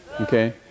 Okay